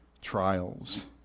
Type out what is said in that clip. trials